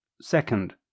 Second